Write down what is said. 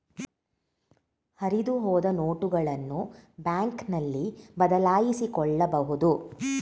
ಹರಿದುಹೋದ ನೋಟುಗಳನ್ನು ಬ್ಯಾಂಕ್ನಲ್ಲಿ ಬದಲಾಯಿಸಿಕೊಳ್ಳಬಹುದು